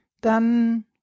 dann